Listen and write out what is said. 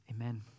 Amen